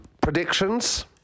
Predictions